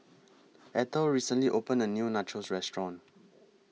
Ethel recently opened A New Nachos Restaurant